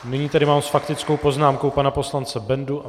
Nyní tady mám s faktickou poznámkou pana poslance Bendu.